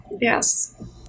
Yes